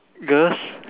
girls